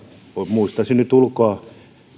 muistan sen ulkoa